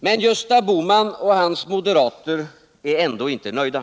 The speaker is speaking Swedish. Men Gösta Bohman och hans moderater är ändå inte nöjda.